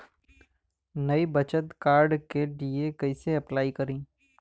नया बचत कार्ड के लिए कइसे अपलाई करी?